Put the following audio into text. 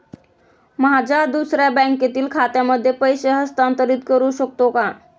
माझ्या दुसऱ्या बँकेतील खात्यामध्ये पैसे हस्तांतरित करू शकतो का?